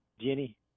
Jenny